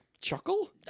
Chuckle